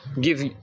give